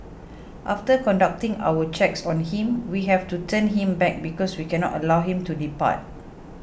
after conducting our checks on him we have to turn him back because we cannot allow him to depart